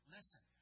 Listen